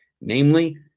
namely